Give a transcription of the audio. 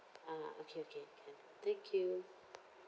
ah okay okay can thank you